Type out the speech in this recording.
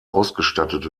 ausgestattet